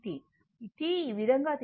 T ఈ విధంగా తీసుకుంటే T 2π